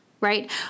right